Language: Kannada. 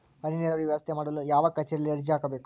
ಹನಿ ನೇರಾವರಿ ವ್ಯವಸ್ಥೆ ಮಾಡಲು ಯಾವ ಕಚೇರಿಯಲ್ಲಿ ಅರ್ಜಿ ಹಾಕಬೇಕು?